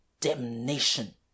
Damnation